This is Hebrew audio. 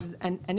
ורד,